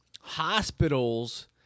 hospitals